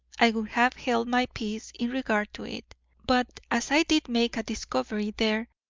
i would have held my peace in regard to it but as i did make a discovery there,